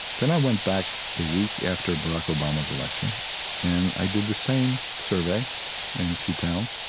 then i went back a week after barack obama's election and i did the same survey in a few towns.